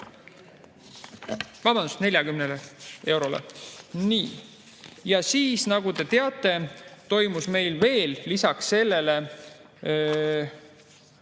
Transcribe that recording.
sendilt 40 eurole. Nii. Ja siis, nagu te teate, toimus meil veel lisaks sellele